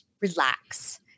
relax